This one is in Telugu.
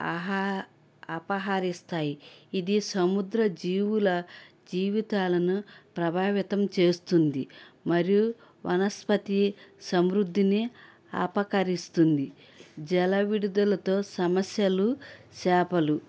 అహా అపహరిస్తాయి ఇది సముద్ర జీవుల జీవితాలను ప్రభావితం చేస్తుంది మరియు వనస్పతి సమృద్ధిని అపకరిస్తుంది జలవిడుదలతో సమస్యలు చేపలు